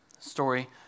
Story